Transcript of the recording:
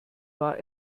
war